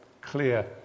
clear